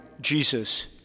Jesus